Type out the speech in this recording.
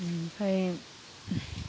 बेनिफ्राय